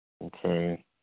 Okay